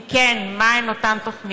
2. אם כן, מה הן אותן תוכניות?